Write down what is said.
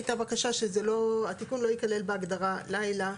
הייתה בקשה שהתיקון לא יכלול בהגדרה לילה,